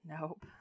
Nope